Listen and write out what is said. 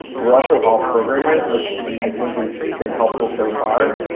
we're also all programmers, which i think has been helpful so far,